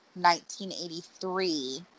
1983